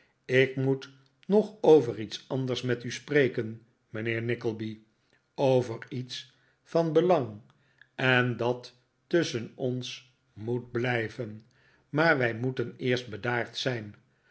ik moet nog over iets anders met u spreken mijnheer nickleby over iets van belang en dat tusschen ons moet blijven maar wij moeten eerst bedaard zijn